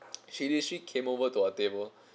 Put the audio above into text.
she literally came over to our table